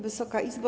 Wysoka Izbo!